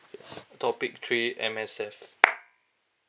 topic three M_S_F